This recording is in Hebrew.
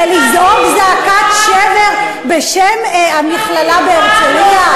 ולזעוק זעקת שבר בשם המכללה בהרצליה?